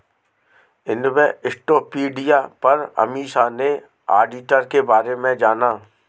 Investopedia पर अमीषा ने auditor के बारे में जाना